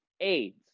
AIDS